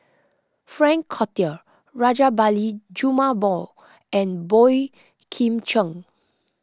Frank Cloutier Rajabali Jumabhoy and Boey Kim Cheng